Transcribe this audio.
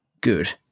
good